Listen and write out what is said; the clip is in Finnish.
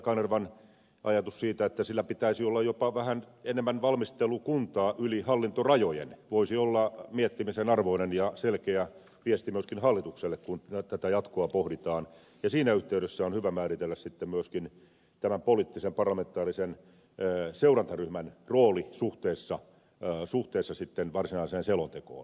kanervan ajatus siitä että sillä pitäisi olla jopa vähän enemmän valmistelukuntaa yli hallintorajojen voisi olla miettimisen arvoinen ja selkeä viesti myöskin hallitukselle kun tätä jatkoa pohditaan ja siinä yhteydessä on hyvä määritellä sitten myöskin tämän poliittisen parlamentaarisen seurantaryhmän rooli suhteessa varsinaiseen selontekoon